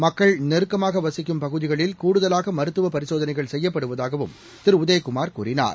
மக்கள் நெருக்கமாகவசிக்கும் பகுதிகளில் கூடுதலாகமருத்துவபரிசோதனைகள் செய்யப்படுவதாகவும் திருடதயகுமார் கூறினார்